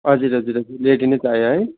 हजुर हजुर हजुर ल्याइदिनुहोस् भाइ है